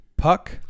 Puck